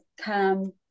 come